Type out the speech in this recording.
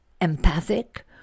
empathic